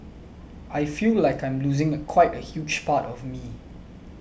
I feel like I'm losing a quite a huge part of me